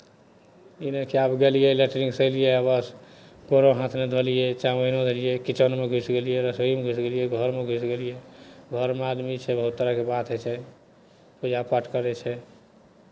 ई नहि कि आब गेलियै लेट्रिंगसँ एलियै आ बस गोरो हाथ नहि धोलियै किचेनमे घुसि गेलियै रसोइमे घुसि गेलियै घरमे घुसि गेलियै घरमे आदमी छै बहुत तरहके बात होइ छै पूजापाठ करै छै